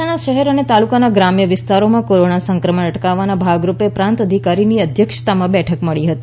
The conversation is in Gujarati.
મહેસાણા શહેર અને તાલુકાના ગ્રામ્ય વિસ્તારોમાં કોરોના સંક્રમણ અટકાવવાના ભાગરૂપે પ્રાંત અધિકારીની અધ્યક્ષતામાં બેઠક મળી હતી